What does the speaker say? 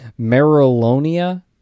Marilonia